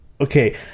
Okay